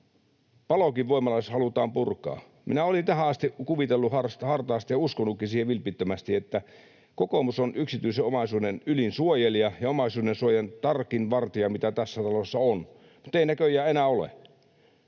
Palokin voimalaitos, halutaan purkaa? Minä olin tähän asti kuvitellut hartaasti ja uskonutkin siihen vilpittömästi, että kokoomus on yksityisen omaisuuden ylin suojelija ja omaisuudensuojan tarkin vartija, mitä tässä talossa on, mutta ei näköjään enää ole.